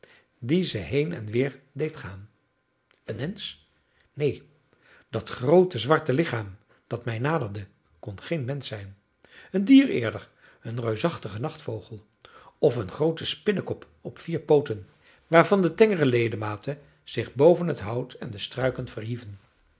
die ze heen-en-weer deed gaan een mensch neen dat groote zwarte lichaam dat mij naderde kon geen mensch zijn een dier eerder een reusachtige nachtvogel of een groote spinnekop op vier pooten waarvan de tengere ledematen zich boven het hout en de struiken verhieven